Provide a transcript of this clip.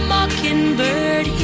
Mockingbird